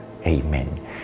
Amen